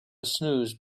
snooze